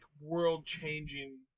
world-changing